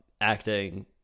acting